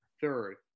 third